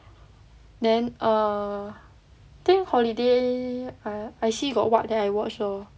then err think holiday I I see got what then I watch lor